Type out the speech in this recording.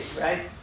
right